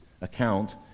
account